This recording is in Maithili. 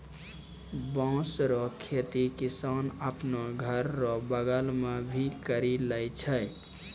बाँस रो खेती किसान आपनो घर रो बगल मे भी करि लै छै